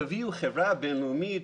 תביאו חברה בין-לאומית,